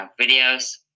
videos